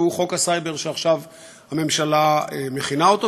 שהוא חוק הסייבר שהממשלה מכינה עכשיו,